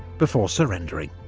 before surrendering.